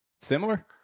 Similar